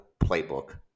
playbook